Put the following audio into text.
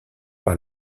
par